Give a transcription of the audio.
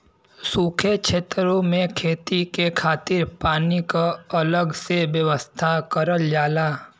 सूखे छेतरो में खेती के खातिर पानी क अलग से व्यवस्था करल जाला